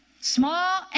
small